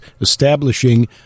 establishing